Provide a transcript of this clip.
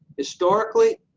historically,